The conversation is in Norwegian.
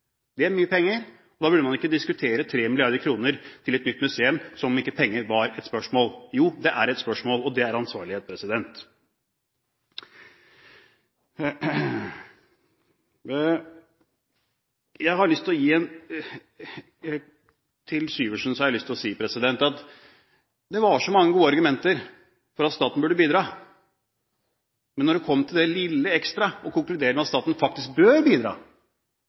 Det er mye penger, og da burde man ikke diskutere 3 mrd. kr til et nytt museum som om penger ikke var et spørsmål. Jo, det er et spørsmål, og det er ansvarlighet. Til Syversen har jeg lyst å si at det var så mange gode argumenter for at staten burde bidra, men da det kom til det lille ekstra – å konkludere med at staten faktisk bør bidra,